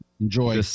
Enjoy